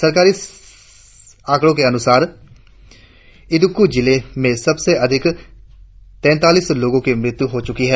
सरकारी आंकड़ो के अनुसार इडुक्की जिले में सबसे अधिक तैंतालीस लोगो की मृत्यु हो चुकी है